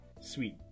sweet